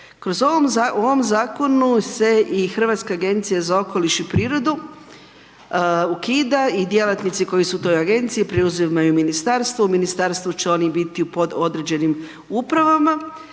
u ovom zakonu se i Hrvatska agencija za okoliš i prirodu ukida i djelatnici koji su u toj agenciji preuzimaju u ministarstvo, u ministarstvu će oni biti pod određenim upravama,